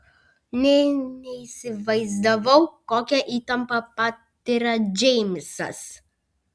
nė neįsivaizdavau kokią įtampą patiria džeimsas